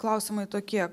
klausimai tokie